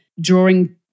drawing